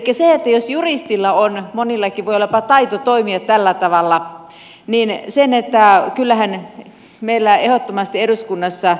elikkä jos juristilla on monillakin voi olla taito toimia tällä tavalla niin kyllähän meillä ehdottomasti eduskunnassa